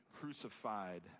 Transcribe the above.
crucified